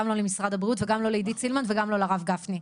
גם לא למשרד הבריאות וגם לא לעידית סילמן וגם לא לרב גפני.